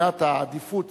שמבחינת העדיפות,